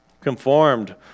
Conformed